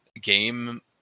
game